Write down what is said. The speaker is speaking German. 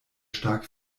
stark